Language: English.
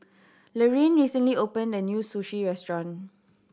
Laraine recently opened a new Sushi Restaurant